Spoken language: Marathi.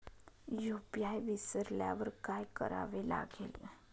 यू.पी.आय विसरल्यावर काय करावे लागेल?